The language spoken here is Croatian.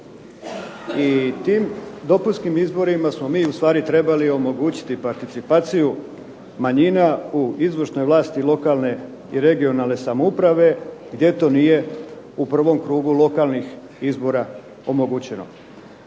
i tim dopunskim izborima smo mi ustvari trebali omogućiti participaciju manjina u izvršnoj vlasti lokalne i regionalne samouprave, gdje to nije u prvom krugu lokalnih izbora omogućeno.